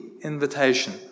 invitation